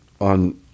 on